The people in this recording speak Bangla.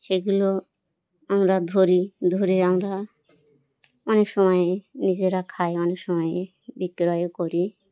সেগুলো আমরা ধরি ধরে আমরা অনেক সময়ে নিজেরা খাই অনেক সময়ে বিক্রয় করি